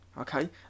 okay